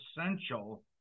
essential